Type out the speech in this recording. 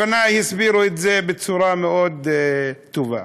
לפני הסבירו את זה בצורה מאוד טובה,